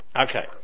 okay